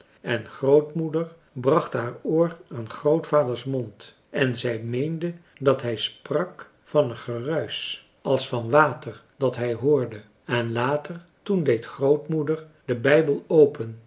en grootmoeder bracht haar oor aan grootvaders mond en zij meende dat hij sprak van een geruisch als van water dat hij hoorde en later toen deed grootmoeder den bijbel open